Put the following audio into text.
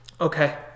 Okay